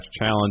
Challenge